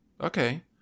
okay